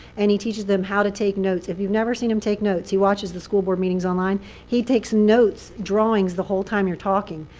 and he teaches them how to take notes. if you've never seen him take notes he watches the school board meetings online he takes notes, drawings, the whole time you're talking.